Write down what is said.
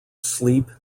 sleep